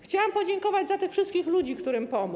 Chciałam podziękować za tych wszystkich ludzi, którym pomógł.